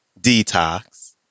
Detox